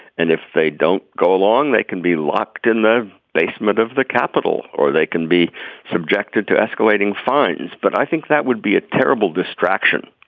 and if they don't go along they can be locked in the basement of the capital or they can be subjected to escalating fines. but i think that would be a terrible distraction.